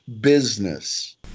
business